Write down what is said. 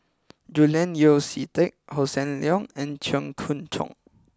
Julian Yeo See Teck Hossan Leong and Cheong Choong Kong